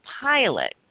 pilot